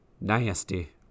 Nasty